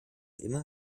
immer